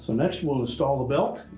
next, we'll install the belt,